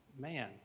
Man